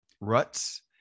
ruts